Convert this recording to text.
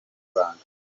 ibanga